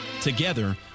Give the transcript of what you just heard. together